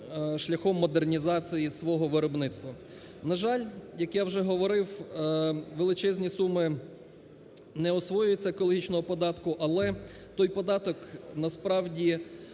шляхом модернізації свого виробництва. На жаль, як я вже говорив, величезні суми не освоюються екологічного податку, але той податок насправді